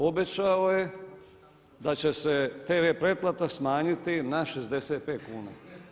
Obećao je da će se TV pretplata smanjiti na 65 kuna.